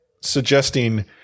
suggesting